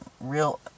real